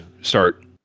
start